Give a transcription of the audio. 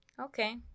Okay